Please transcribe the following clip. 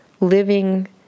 living